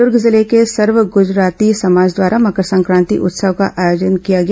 दूर्ग जिले के सर्व गुजराती समाज द्वारा मकर संक्रांति उत्सव का आयोजन किया गया